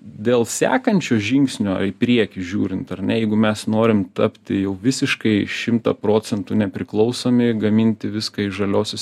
dėl sekančio žingsnio į priekį žiūrint ar ne jeigu mes norim tapti jau visiškai šimtą procentų nepriklausomi gaminti viską iš žaliosios